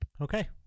Okay